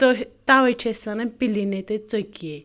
تُہۍ تَوَے چھِ أسۍ وَنان پِلی نَے تٕہ ژوٚکِیے